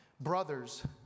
brothers